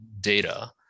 data